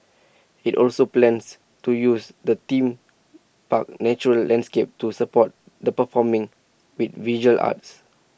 IT also plans to use the theme park's natural landscape to support the performing V visual arts